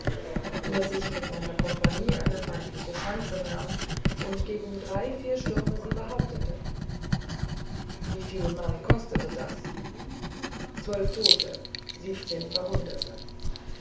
daß ich mit meiner kompanie eine feindliche schanze nahm und gegen drei vier stürme sie behauptete wieviel mann kostete das zwölf tote siebzehn verwundete